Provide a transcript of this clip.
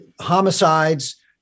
homicides